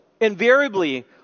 invariably